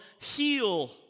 heal